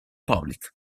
public